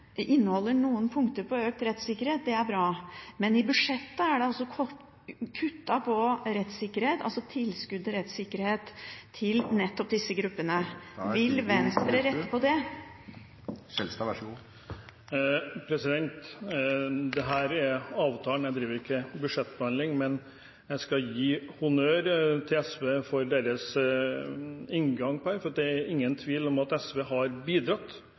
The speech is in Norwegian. inneholder noen punkter om økt rettssikkerhet. Det er bra. Men i budsjettet er det kuttet på tilskudd til rettssikkerhet til nettopp disse gruppene. Vil Venstre rette på det? Dette gjelder avtalen, vi driver ikke budsjettbehandling. Men jeg skal gi honnør til SV for deres inngang på dette, for det er ingen tvil om at SV har bidratt